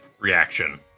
reaction